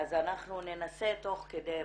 אז ננסה תוך כדי.